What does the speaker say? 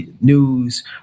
news